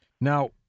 Now